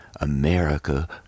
America